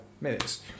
minutes